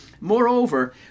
Moreover